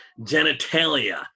genitalia